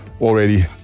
already